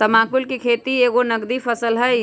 तमाकुल कें खेति एगो नगदी फसल हइ